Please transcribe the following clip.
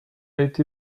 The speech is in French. été